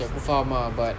okay aku faham ah but